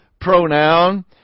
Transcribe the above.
pronoun